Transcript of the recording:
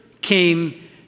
came